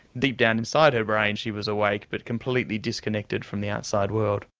deep down inside her brain she was awake but completely disconnected from the outside world.